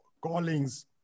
callings